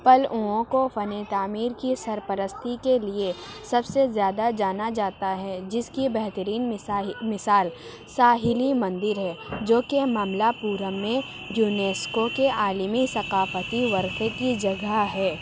پلؤوں کو فنِ تعمیر کی سرپرستی کے لیے سب سے زیادہ جانا جاتا ہے جس کی بہترین مثال مثال ساحلی مندر ہے جو کہ مملہ پورم میں یونیسکو کے عالمی ثقافتی ورثے کی جگہ ہے